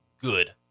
good